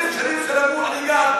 צריך להקל על הבאתם של עובדים זרים.